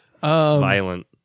Violent